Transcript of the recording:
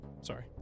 Sorry